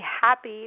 happy